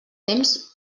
temps